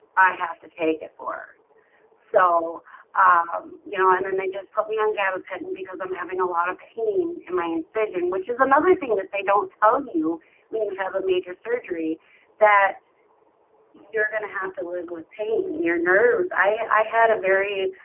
i have to take it for so um you know and then they just put me on gabapentin because i'm having a lot of pain in my incision which is another thing that they don't tell you when you have a major surgery that you're gonna have to live with pain in your nerves. i had a very